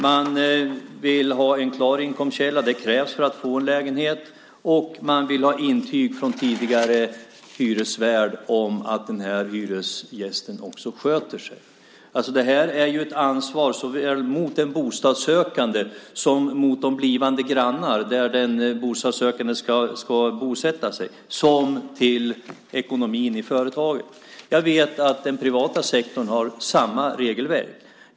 Man vill ha en klar inkomstkälla. Det krävs för att få en lägenhet, och man vill ha intyg från tidigare hyresvärd om att hyresgästen också sköter sig. Det här är ju ett ansvar såväl mot en bostadssökande som mot blivande grannar där den bostadssökande ska bosätta sig och mot ekonomin i företaget. Jag vet att den privata sektorn har samma regelverk.